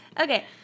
Okay